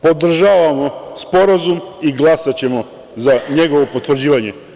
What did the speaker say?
Podržavamo Sporazum i glasaćemo za njegovo potvrđivanje.